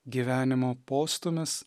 gyvenimo postūmis